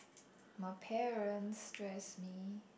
my parents stress me